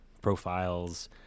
profiles